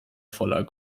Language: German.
voller